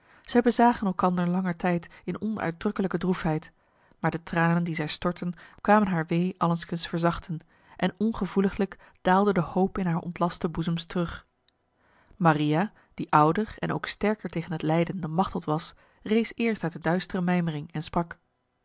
zij bezagen elkander lange tijd in onuitdrukkelijke droefheid maar de tranen die zij stortten kwamen haar wee allengskens verzachten en ongevoeliglijk daalde de hoop in haar ontlaste boezems terug maria die ouder en ook sterker tegen het lijden dan machteld was rees eerst uit de duistere mijmering en sprak